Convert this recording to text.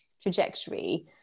trajectory